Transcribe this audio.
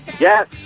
Yes